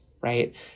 right